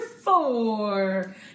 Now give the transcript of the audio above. four